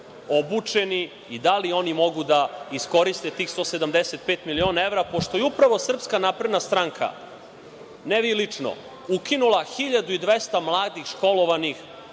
obučeni i da li oni mogu da iskoriste tih 175 miliona evra, pošto je upravo SNS, ne vi lično, ukinula 1.200 mladih i školovanih